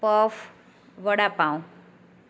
puff vada pav